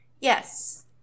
Yes